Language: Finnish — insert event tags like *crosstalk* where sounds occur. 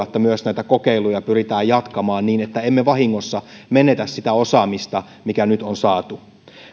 *unintelligible* että myös näitä kokeiluja pyritään jatkamaan niin että emme vahingossa menetä sitä osaamista mikä nyt on saatu